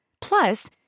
Plus